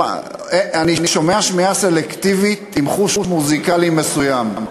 אני שומע שמיעה סלקטיבית עם חוש מוזיקלי מסוים.